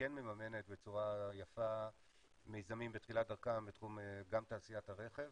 כן מממנת בצורה יפה מיזמים בתחילת דרכם בתחום גם תעשיית הרכב.